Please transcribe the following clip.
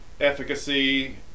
efficacy